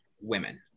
women